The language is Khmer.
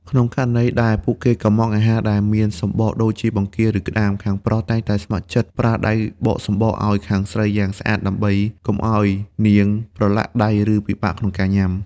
ក្នុងករណីដែលពួកគេកុម្ម៉ង់អាហារដែលមានសំបកដូចជាបង្គា ឬក្ដាម ខាងប្រុសតែងតែស្ម័គ្រចិត្តប្រើដៃបកសំបកឱ្យខាងស្រីយ៉ាងស្អាត ដើម្បីកុំឱ្យនាងប្រឡាក់ដៃ ឬពិបាកក្នុងការញ៉ាំ។